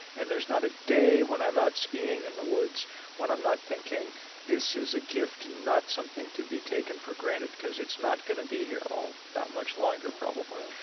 and there's not a day when i'm out skiing in the woods when i'm not thinking this is a gift and not something to be taken for granted, because it's not going to be here all that much longer, probably